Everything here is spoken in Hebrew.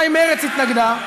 אולי מרצ התנגדה,